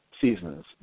seasons